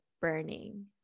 burning